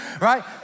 Right